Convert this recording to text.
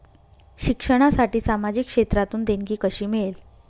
शिक्षणासाठी सामाजिक क्षेत्रातून देणगी कशी मिळेल?